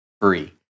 free